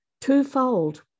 twofold